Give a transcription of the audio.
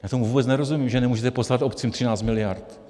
Já tomu vůbec nerozumím, že nemůžete poslat obcím 13 miliard.